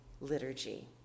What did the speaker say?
liturgy